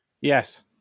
Yes